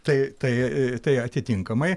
tai tai a tai atitinkamai